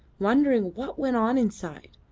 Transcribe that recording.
wondering what went on inside,